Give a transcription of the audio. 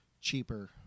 cheaper